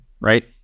right